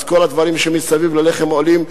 אז כל הדברים שמסביב ללחם עולים.